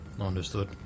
Understood